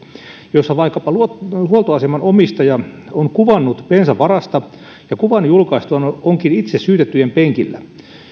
joissa vaikkapa huoltoaseman omistaja on kuvannut bensavarasta ja kuvan julkaistuaan onkin itse syytettyjen penkillä